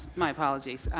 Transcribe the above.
my apologies.